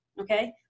Okay